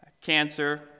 cancer